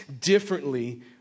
differently